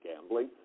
gambling